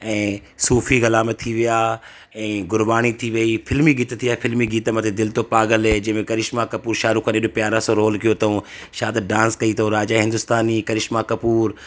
ऐं सूफ़ी कलाम थी विया ऐं गुरबाणी थी वई फ़िल्मी गीत थी विया फ़िल्मी गीत मथे दिलि तो पाॻलु जंहिंमें करिश्मा कपूर शाहरुख़ ख़ान अहिड़ो प्यारा सां रोल कयो अथऊं छा त डांस कई अथऊं राजा हिंदुस्तानी करिश्मा कपूर